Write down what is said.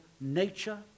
nature